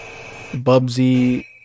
bubsy